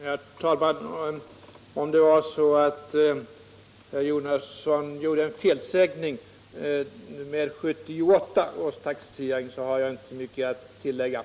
Herr talman! Ja, jag gjorde mig skyldig till en felsägning. Jag räknade med 1978 års inkomster — det blir 1979 års taxering. Då hoppas jag att vi skall få det här klart.